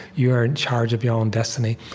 you're in charge of your own destiny.